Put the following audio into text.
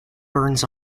burns